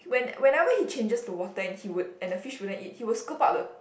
when whenever he changes the water and he would and the fish wouldn't eat he will scoop out of